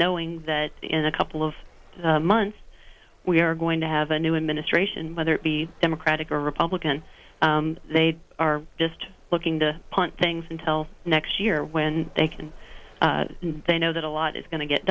knowing that in a couple of months we are going to have a new administration whether it be democratic or republican they are just looking to punt things until next year when they can they know that a lot is going to get